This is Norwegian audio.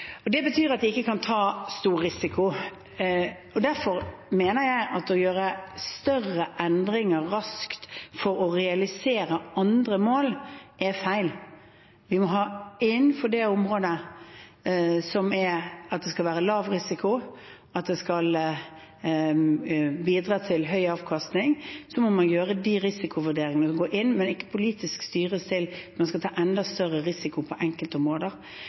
Det betyr at vi ikke kan ta stor risiko. Derfor mener jeg at å gjøre større endringer raskt for å realisere andre mål, er feil. Vi må være innenfor det området at vi skal ha lav risiko og bidra til høy avkastning. Så må man ta de risikovurderingene når man går inn, men ikke politisk styres til at man skal ta enda større risiko på enkeltområder.